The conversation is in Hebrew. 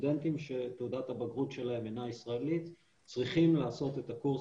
סטודנטים שתעודת הבגרות שלהם אינה ישראלית צריכים לעשות את הקורס